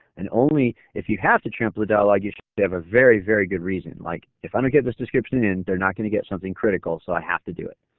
and only if you have to trample dialogue should you so have very, very good reason. like if i don't get this description in they're not going to get something critical, so i have to do it.